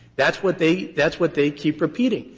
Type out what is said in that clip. that's what they that's what they keep repeating.